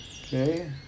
Okay